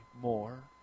more